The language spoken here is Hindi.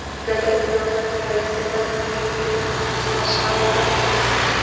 नगर निगम बॉन्ड का इस्तेमाल हम किन किन समस्याओं में कर सकते हैं?